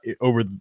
over